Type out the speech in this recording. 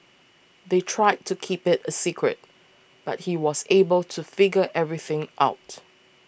they tried to keep it a secret but he was able to figure everything out